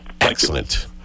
Excellent